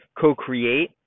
co-create